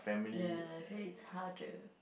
ya I feel it's hard to